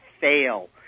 fail